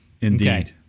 Indeed